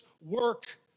work